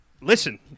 Listen